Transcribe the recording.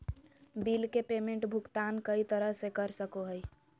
bill के payment भुगतान कई तरह से कर सको हइ